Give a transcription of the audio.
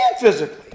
physically